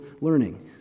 learning